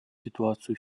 ситуацию